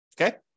Okay